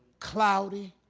cloudy,